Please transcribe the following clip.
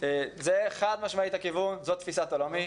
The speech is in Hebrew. זה חד משמעית הכיוון, זו תפיסת עולמי,